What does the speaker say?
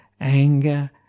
anger